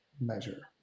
measure